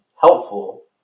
helpful